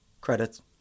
Credits